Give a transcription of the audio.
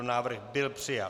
Návrh byl přijat.